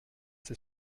ses